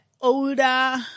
older